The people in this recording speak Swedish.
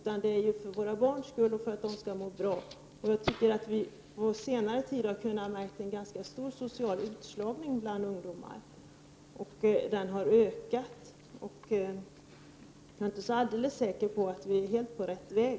Barnomsorg har vi för våra barns skull och för att de skall må bra. Under senare tid har vi märkt en ganska stor social utslagning bland ungdomar, och den har ökat. Jag är inte så alldeles säker på att vi är på rätt väg.